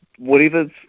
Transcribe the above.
Whatever's